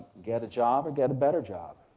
get a job or get a better job.